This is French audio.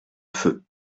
feu